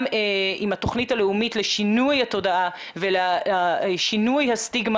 גם עם התכנית הלאומית לשינוי התודעה ושינוי הסטיגמה